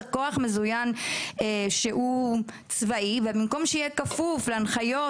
זה כוח מזוין צבאי ובמקום שיהיה כפוף להנחיות